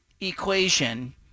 equation